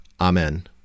Amen